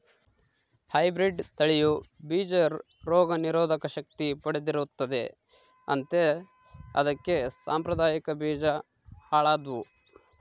hybrid ತಳಿಯ ಬೀಜ ರೋಗ ನಿರೋಧಕ ಶಕ್ತಿ ಪಡೆದಿರುತ್ತದೆ ಅಂತೆ ಅದಕ್ಕೆ ಸಾಂಪ್ರದಾಯಿಕ ಬೀಜ ಹಾಳಾದ್ವು